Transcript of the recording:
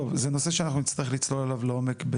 טוב, זה נושא שאנחנו נצטרך לצלול אליו לעומק.